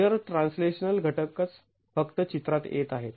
shear translational घटकच फक्त चित्रात येत आहेत